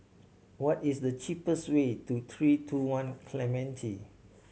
what is the cheapest way to Three Two One Clementi